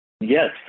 Yes